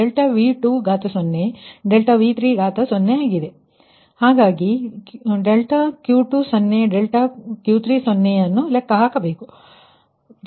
ಆದ್ದರಿಂದ ∆Q20 ∆Q30 ಅನ್ನು ನೀವು ಲೆಕ್ಕ ಹಾಕಿದ್ದೀರಿ